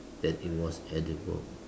that it was edible